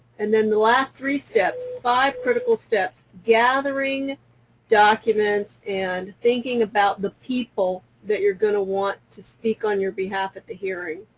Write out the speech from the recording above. and then the last three steps, five critical steps, gathering documents and thinking about the people that you're going to want to speak on your behalf at the hearing,